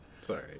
Sorry